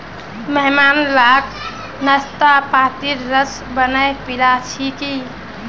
मेहमान लाक नाशपातीर रस बनइ पीला छिकि